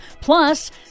Plus